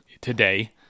today